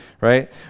right